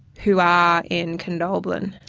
who are in condobolin.